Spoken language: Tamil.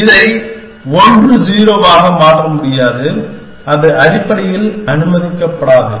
இதை 1 0 ஆக மாற்ற முடியாது அது அடிப்படையில் அனுமதிக்கப்படாது